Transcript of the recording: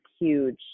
huge